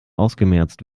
ausgemerzt